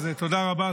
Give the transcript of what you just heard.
תודה רבה.